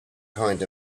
kind